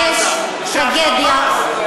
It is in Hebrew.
שה"חמאס".